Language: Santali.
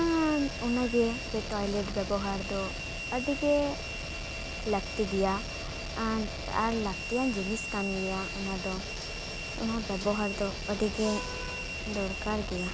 ᱚᱱᱟ ᱜᱮ ᱴᱚᱭᱞᱮᱴ ᱵᱮᱵᱚᱦᱟᱨ ᱫᱚ ᱟᱹᱰᱤ ᱜᱮ ᱞᱟᱹᱠᱛᱤ ᱜᱮᱭᱟ ᱟᱨ ᱟᱨ ᱞᱟᱹᱠᱛᱤᱭᱟᱱ ᱡᱤᱱᱤᱥ ᱠᱟᱱ ᱜᱮᱭᱟ ᱚᱱᱟ ᱫᱚ ᱚᱱᱟ ᱵᱮᱵᱚᱦᱟᱨ ᱫᱚ ᱟᱹᱰᱤᱜᱮ ᱫᱚᱨᱠᱟᱨ ᱜᱮᱭᱟ